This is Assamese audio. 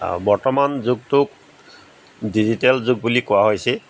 বৰ্তমান যুগটোক ডিজিটেল যুগ বুলি কোৱা হৈছে